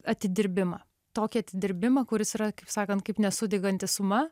atidirbimą tokį atidirbimą kuris yra kaip sakant kaip nesudeganti suma